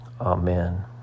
amen